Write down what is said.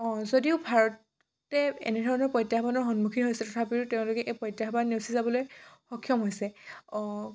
যদিও ভাৰতে এনেধৰণৰ প্ৰত্যাহ্বানৰ সন্মুখীন হৈছে তথাপিতো তেওঁলোকে এই প্ৰত্যাহ্বান নেওচি যাবলৈ সক্ষম হৈছে